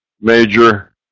major